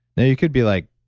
now you could be like,